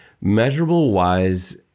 measurable-wise